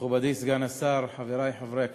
מכובדי סגן השר, חברי חברי הכנסת,